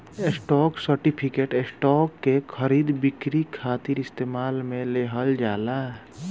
stock certificate, stock के खरीद बिक्री खातिर इस्तेमाल में लिहल जाला